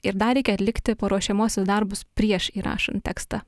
ir dar reikia atlikti paruošiamuosius darbus prieš įrašant tekstą